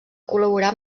col·laborar